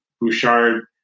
Bouchard